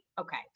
Okay